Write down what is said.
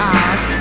eyes